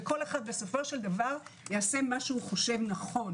וכל אחד יעשה מה שהוא חושב נכון.